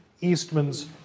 Eastman's